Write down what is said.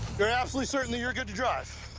you're absolutely certain that you're good to drive?